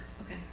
Okay